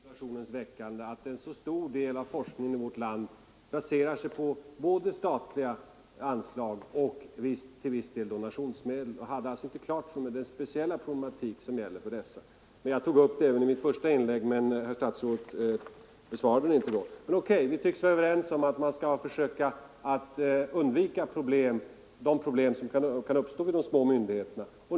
Herr talman! När jag framställde interpellationen kände jag inte till att en så stor del av forskningen i vårt land baserar sig på både statliga anslag och, till viss del, donationsmedel. Jag kände inte heller till den speciella problematik som gäller för donationsmedlen. Jag tog upp denna sak i mitt första inlägg, men herr statsrådet gick inte in på problemet i anslutning härtill. Vi tycks emellertid vara överens om att man skall försöka undvika de problem som kan uppstå vid de små myndigheterna.